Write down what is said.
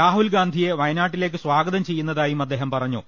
രാഹുൽ ഗാന്ധിയെ വയനാ ട്ടിലേക്ക് സ്വാഗതം ചെയ്യുന്നതായും ഉമർഫൈസി പറഞ്ഞു